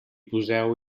poseu